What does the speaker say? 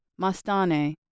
Mastane